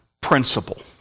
principle